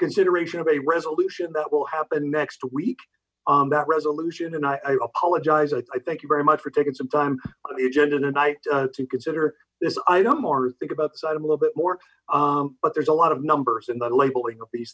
consideration of a resolution that will happen next week that resolution and i apologize i thank you very much for taking some time on the agenda tonight to consider this item or think about this item a little bit more but there's a lot of numbers in the labeling of these